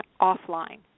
offline